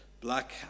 black